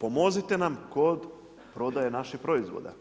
Pomozite nam kod prodaje naših proizvoda,